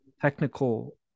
technical